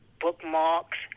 bookmarks